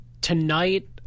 tonight